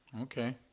Okay